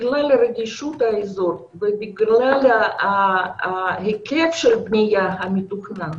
בגלל רגישות האזור ובגלל ההיקף של הבנייה המתוכננת,